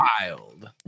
Wild